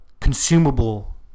consumable